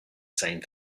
same